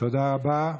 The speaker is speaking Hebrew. תודה רבה.